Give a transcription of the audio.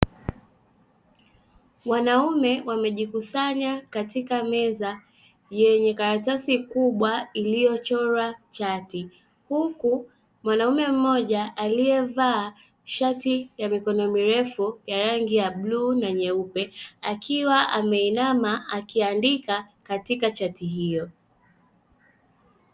Wanaume wamejikusanya katika meza yenye karatasi kubwa iliyochorwa chati, huku mwanaume mmoja aliyevaa shati ya mikono mirefu ya rangi ya bluu na nyeupe akiwa ameinama akiandika katika chati hiyo.